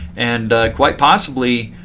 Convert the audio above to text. and quite possibly,